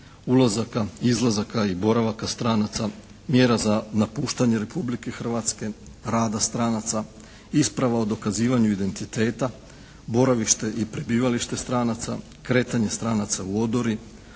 ulazaka, izlazaka i boravaka stranaca, mjera za napuštanje Republike Hrvatske, rada stranaca, isprava o dokazivanju identiteta, boravište i prebivalište stranaca, kretanje stranaca u odori,